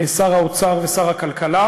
שר האוצר ושר הכלכלה.